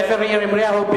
ספר ירמיהו,